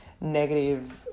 negative